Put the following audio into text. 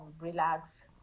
relax